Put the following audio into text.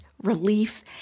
relief